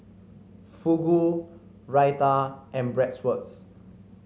Fugu Raita and Bratwurst